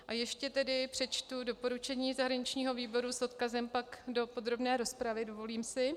A ještě tedy přečtu doporučení zahraničního výboru, s odkazem pak do podrobné rozpravy, dovolím si.